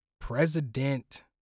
President